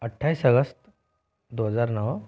अट्ठाइस अगस्त दो हज़ार नौ